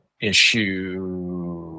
Issue